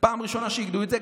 פעם ראשונה שאיגדו את זה,